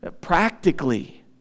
practically